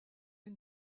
une